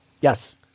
Yes